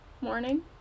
morning